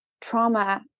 trauma